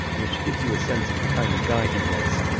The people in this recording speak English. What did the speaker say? which gives you a sense of the kind of guy he was.